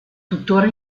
tuttora